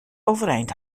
overeind